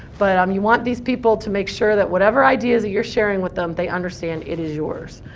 but um you want these people to make sure that whatever ideas you're sharing with them, they understand it is yours.